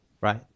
right